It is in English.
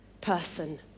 person